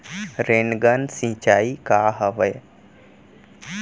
Rain gun सिंचाई का हवय?